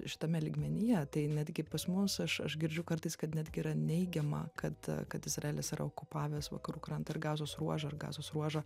šitame lygmenyje tai netgi pas mus aš aš girdžiu kartais kad netgi yra neigiama kad kad izraelis yra okupavęs vakarų krantą ir gazos ruožą ar gazos ruožą